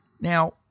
Now